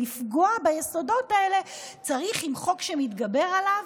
כדי לפגוע ביסודות האלה צריך חוק שמתגבר עליהם,